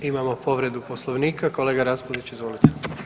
Imamo povredu poslovnika kolega RAspudić, izvolite.